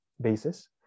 basis